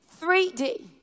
3D